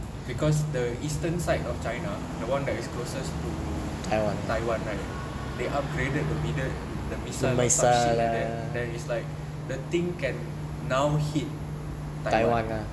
because the eastern side of china the one that is closest to taiwan right they upgraded the middle the missile or some shit like that then is like the thing can now hit taiwan ah